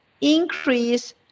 increase